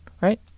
right